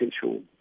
potential